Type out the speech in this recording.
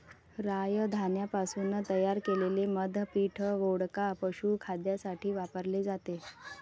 राय धान्यापासून तयार केलेले मद्य पीठ, वोडका, पशुखाद्यासाठी वापरले जाते